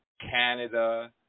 canada